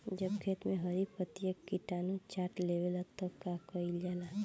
जब खेत मे हरी पतीया किटानु चाट लेवेला तऽ का कईल जाई?